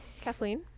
Kathleen